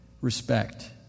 respect